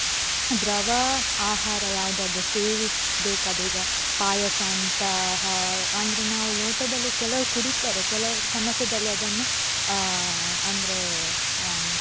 ದ್ರವ ಆಹಾರ ಯಾವುದಾದ್ರು ಸೇವಿಸಬೇಕಾದ್ರೆ ಈಗ ಪಾಯಸ ಅಂತಹ ಅಂದರೆ ನಾವು ಲೋಟದಲ್ಲಿ ಕೆಲವರು ಕುಡಿತಾರೆ ಕೆಲವರು ಚಮಚದಲ್ಲಿ ಅದನ್ನು ಅಂದರೆ